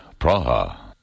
Praha